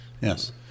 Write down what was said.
yes